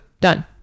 Done